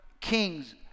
Kings